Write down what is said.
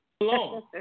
Alone